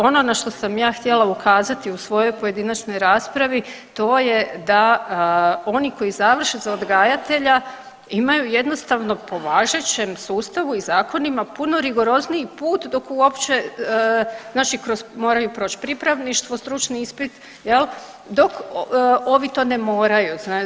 Ono na što sam ja htjela ukazati u svojoj pojedinačnoj raspravi to je da oni koji završe za odgajatelja imaju jednostavno po važećem sustavu i zakonima puno rigorozniji put dok uopće znači kroz, moraju proć pripravništvo, stručni ispit jel dok ovi to ne moraju.